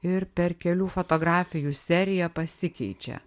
ir per kelių fotografijų seriją pasikeičia